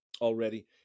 already